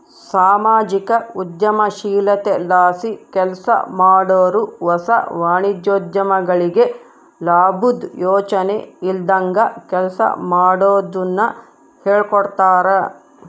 ಸಾಮಾಜಿಕ ಉದ್ಯಮಶೀಲತೆಲಾಸಿ ಕೆಲ್ಸಮಾಡಾರು ಹೊಸ ವಾಣಿಜ್ಯೋದ್ಯಮಿಗಳಿಗೆ ಲಾಬುದ್ ಯೋಚನೆ ಇಲ್ದಂಗ ಕೆಲ್ಸ ಮಾಡೋದುನ್ನ ಹೇಳ್ಕೊಡ್ತಾರ